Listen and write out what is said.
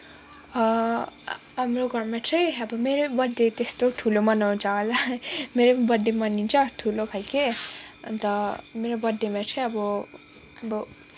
हाम्रो घरमा चाहिँ अब मेरै बर्थडे त्यस्तो ठुलो मनाउँछ होला मेरो पनि बर्थडे मनिन्छ ठुलो खालके अन्त मेरो बर्थडेमा चाहिं अब